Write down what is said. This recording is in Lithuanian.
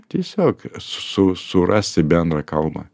tiesiog su surasti bendrą kalbą